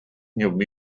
new